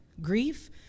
grief